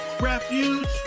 refuge